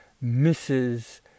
misses